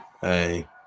Hey